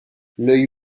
l’œil